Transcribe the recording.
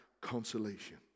consolation